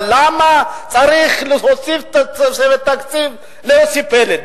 אבל למה צריך להוסיף תוספת תקציב ליוסי פלד?